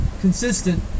consistent